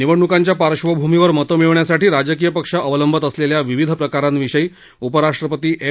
निवडणूकांच्या पार्श्वभूमीवर मतं मिळवण्यासाठी राजकीय पक्ष अवलंबत असलेल्या विविध प्रकारांविषयी उपराष्ट्रपती एम